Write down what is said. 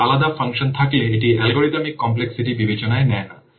দুটি আলাদা ফাংশন থাকলে এটি অ্যালগরিদমিক কমপ্লেক্সিটি বিবেচনায় নেয় না